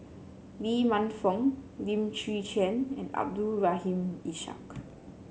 Lee Man Fong Lim Chwee Chian and Abdul Rahim Ishak